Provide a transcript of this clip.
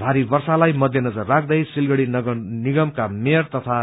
थारी वर्षालाई मध्य नजर राख्दे सिलगड़ी नगर निगमका मेयर तथा